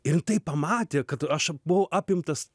ir ji tai pamatė kad aš buvau apimtas